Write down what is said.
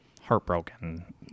heartbroken